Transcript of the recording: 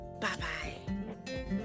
Bye-bye